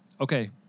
okay